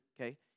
okay